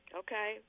okay